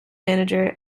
manager